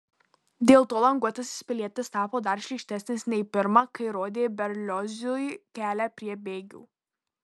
dėl to languotasis pilietis tapo dar šlykštesnis nei pirma kai rodė berliozui kelią prie bėgių